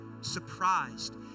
surprised